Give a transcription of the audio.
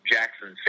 Jackson